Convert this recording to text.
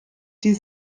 die